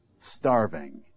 starving